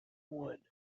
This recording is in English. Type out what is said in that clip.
wood